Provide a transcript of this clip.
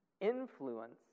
influence